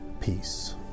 Peace